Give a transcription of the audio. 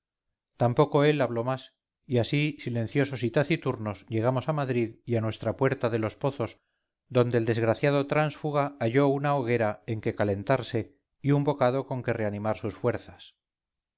tampoco él habló más y así silenciosos y taciturnos llegamos a madrid y a nuestra puerta de los pozos donde el desgraciado tránsfuga halló unahoguera en que calentarse y un bocado con que reanimar sus fuerzas